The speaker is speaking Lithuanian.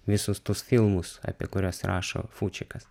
visus tuos filmus apie kuriuos rašo fūčikas